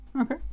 Okay